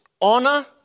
Honor